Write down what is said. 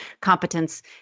competence